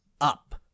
up